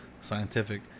scientific